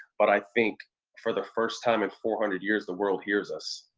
but i think for the first time in four hundred years, the world hears us.